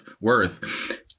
worth